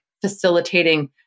facilitating